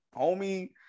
homie